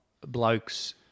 blokes